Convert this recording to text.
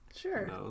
Sure